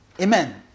Amen